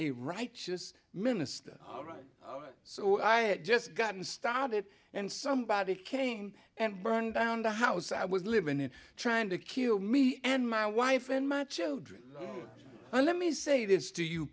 a righteous minister all right so i had just gotten started and somebody came and burned down the house i was living in trying to kill me and my wife and my children and let me say this to you